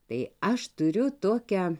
tai aš turiu tokią